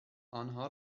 آنها